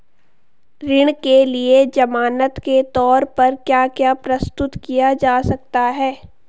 ऋण के लिए ज़मानात के तोर पर क्या क्या प्रस्तुत किया जा सकता है?